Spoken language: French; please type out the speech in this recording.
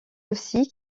aussi